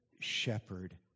shepherd